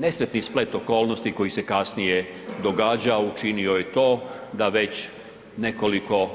Nesretni splet okolnosti koji se kasnije događao učinio je to da već nekoliko,